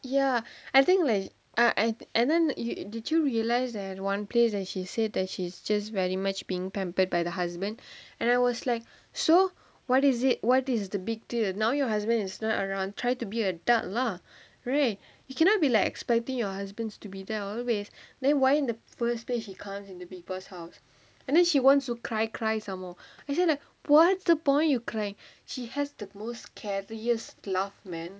ya I think like a- and and then you did you realise that [one] place and she said that she's just very much being pampered by the husband and I was like so what is it what is the big deal now your husband is not around try to be adult lah right you cannot be like expecting your husband's to be there always then why in the first place he comes into people's house and then she wanted to cry cry some more as in what's the point you cry she has the scariest laugh man